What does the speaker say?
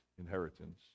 inheritance